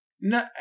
No